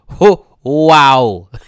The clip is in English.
wow